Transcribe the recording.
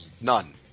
None